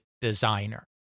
designer